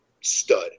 stud